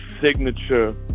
signature